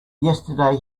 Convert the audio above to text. yesterday